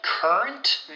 Current